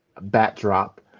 backdrop